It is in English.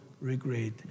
regret